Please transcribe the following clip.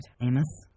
Amos